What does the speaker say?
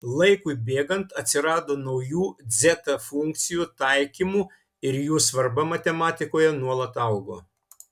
laikui bėgant atsirado naujų dzeta funkcijų taikymų ir jų svarba matematikoje nuolat augo